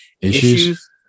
issues